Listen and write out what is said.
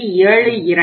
72 1